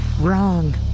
wrong